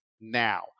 now